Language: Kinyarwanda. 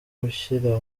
gushyira